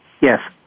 Yes